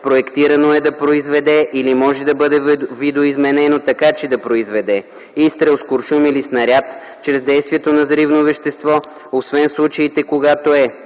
проектирано е да произведе или може да бъде видоизменено, така че да произведе изстрел с куршум или снаряд чрез действието на взривно вещество, освен в случаите, когато е: